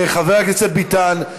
חבר הכנסת ביטן,